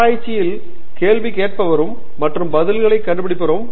ஆராய்ச்சியில் கேள்வி கேட்பவரும் மற்றும் பதில்களை கண்டுபிடிப்பவரும் ஒருவர் தான்